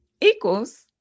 equals